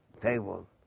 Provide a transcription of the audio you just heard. table